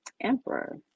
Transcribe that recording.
emperor